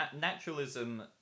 naturalism